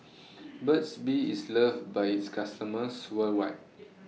Burt's Bee IS loved By its customers worldwide